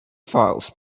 files